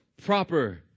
proper